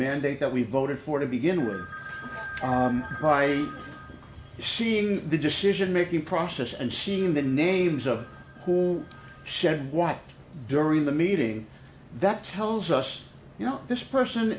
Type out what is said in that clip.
mandate that we voted for to begin were crying seeing the decision making process and seen the names of who said what during the meeting that tells us you know this person